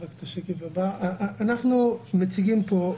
אנחנו מציגים פה,